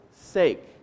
sake